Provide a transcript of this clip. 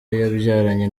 yabyaranye